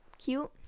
Cute